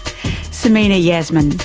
samina yasmeen,